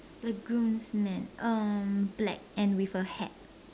the groomsman um black and with a hat